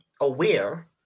aware